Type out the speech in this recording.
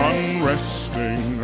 Unresting